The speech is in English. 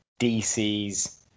DC's